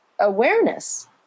awareness